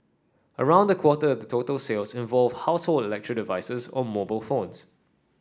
around a quarter the total sales involved household electric devices or mobile phones